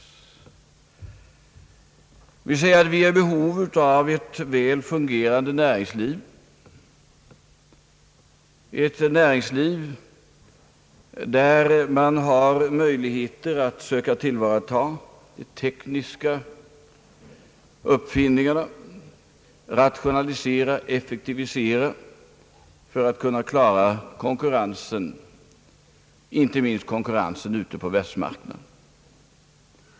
Jag vill framhålla att vi behöver ett väl fungerande näringsliv med möjligheter att tillgodogöra sig de tekniska uppfinningarna, att rationalisera och effektivisera i syfte att klara konkurrensen inte minst ute på världsmarknaden.